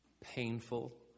painful